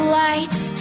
lights